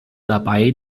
dabei